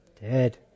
dead